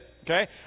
Okay